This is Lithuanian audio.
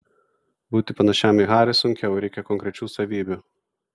būti panašiam į harį sunkiau reikia konkrečių savybių